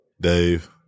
Dave